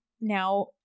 now